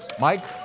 mike,